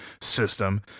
system